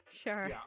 Sure